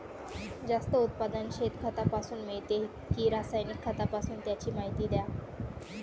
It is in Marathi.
जास्त उत्पादन शेणखतापासून मिळते कि रासायनिक खतापासून? त्याची माहिती द्या